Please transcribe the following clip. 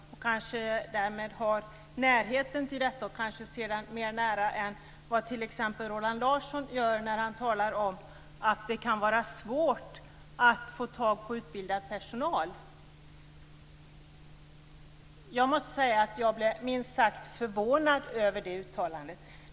Därmed kanske jag har en närhet till detta och kan se det på ett annat sätt än t.ex. Roland Larsson när han talar om att det kan vara svårt att få tag på utbildad personal. Jag måste säga att jag blev förvånad, minst sagt, över det uttalandet.